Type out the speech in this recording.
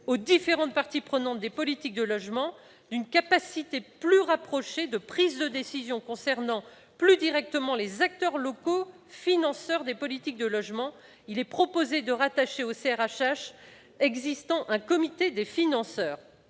aux différentes parties prenantes des politiques du logement d'une capacité plus rapprochée de prise de décisions concernant plus directement les acteurs locaux financeurs des politiques du logement, il est proposé de rattacher aux CRHH existants un comité des financeurs.